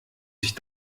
sich